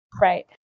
right